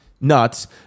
nuts